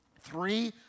Three